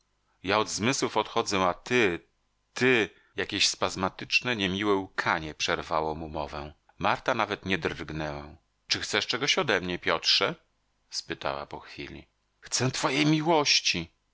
ja od zmysłów odchodzę a ty ty jakieś spazmatyczne niemiłe łkanie przerwało mu mowę marta nawet nie drgnęła czy chcesz czegoś odemnie piotrze spytała po chwili chcę twojej miłości